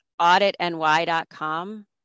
auditny.com